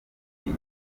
ati